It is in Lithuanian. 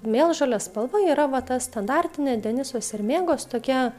mėlžolės spalva yra va ta standartinė deniso sermėgos tokia